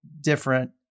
different